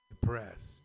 depressed